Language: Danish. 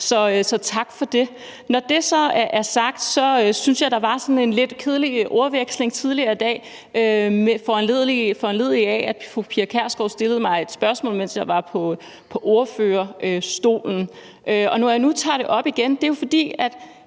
så tak for det. Når det så er sagt, synes jeg, at der var sådan en lidt kedelig ordveksling tidligere i dag, foranlediget af, at fru Pia Kjærsgaard stillede mig et spørgsmål, mens jeg var på talerstolen som ordfører. Når jeg nu tager det op igen, er det jo, fordi